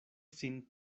sin